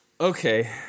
Okay